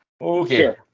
okay